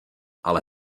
ale